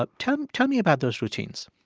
but tell and tell me about those routines